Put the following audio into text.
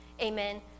Amen